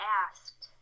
asked